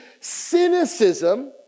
cynicism